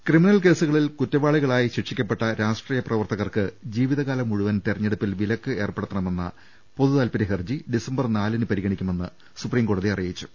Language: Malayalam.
ക്രിമിനൽ കേസുകളിൽ കുറ്റവാളികളായി ശിക്ഷിക്കപ്പെട്ട രാഷ്ട്രീയ പ്രവർത്തകർക്ക് ജീവിതകാലം മുഴുവൻ തെരഞ്ഞെടു പ്പിൽ വിലക്ക് ഏർപ്പെടുത്തണമെന്ന പൊതുതാൽപര്യഹർജി ഡിസംബർ നാലിന് പരിഗണിക്കുമെന്ന് സുപ്രീംകോടതി അറിയി ച്ചു